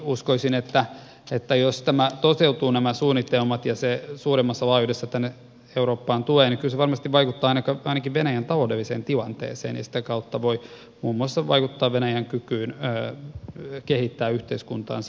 uskoisin että jos toteutuvat nämä suunnitelmat ja se suuremmassa laajuudessa tänne eurooppaan tulee niin kyllä se varmasti vaikuttaa ainakin venäjän taloudelliseen tilanteeseen ja sitä kautta voi muun muassa vaikuttaa venäjän kykyyn kehittää yhteiskuntaansa